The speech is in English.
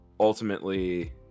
Ultimately